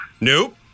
Nope